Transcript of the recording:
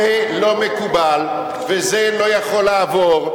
זה לא מקובל וזה לא יכול לעבור.